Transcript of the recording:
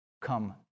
come